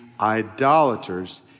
idolaters